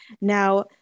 Now